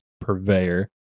purveyor